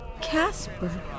Casper